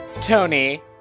Tony